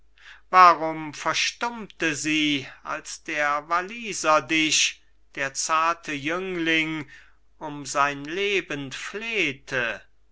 warum verstummte sie als der walliser dich der zarte jüngling um sein leben flehte